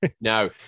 no